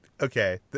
Okay